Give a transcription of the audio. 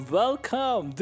welcome